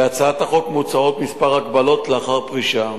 בהצעת החוק מוצעות מספר הגבלות לאחר פרישה: